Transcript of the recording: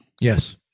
Yes